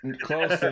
Close